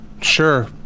sure